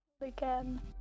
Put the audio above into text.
again